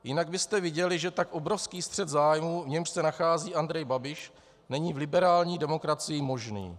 Jinak byste viděli, že tak obrovský střet zájmů, v němž se nachází Andrej Babiš, není v liberální demokracii možný.